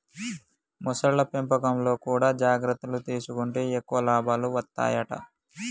మొసళ్ల పెంపకంలో కూడా జాగ్రత్తలు తీసుకుంటే ఎక్కువ లాభాలు వత్తాయట